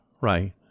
right